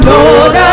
Lord